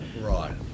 Right